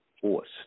force